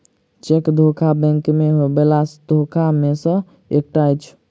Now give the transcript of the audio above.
cheque धोखा bank मे होयबला धोखा मे सॅ एकटा अछि